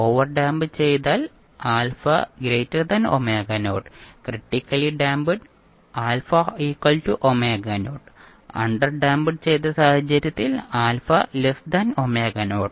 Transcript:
overdamped ചെയ്താൽ α critically damped α underdamp ചെയ്ത സാഹചര്യത്തിൽ α